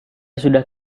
sudah